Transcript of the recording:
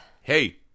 hey